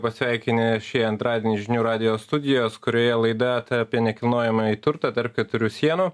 pasveikinę šį antradienį žinių radijo studijos kurioje laida apie nekilnojamąjį turtą tarp keturių sienų